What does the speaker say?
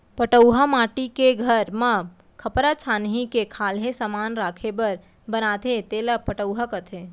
पटउहॉं माटी के घर म खपरा छानही के खाल्हे समान राखे बर बनाथे तेला पटउहॉं कथें